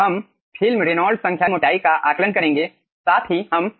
हम film Reynolds संख्या के आधार पर नॉन डायमेंशनल फिल्म मोटाई का आकलन करेंगे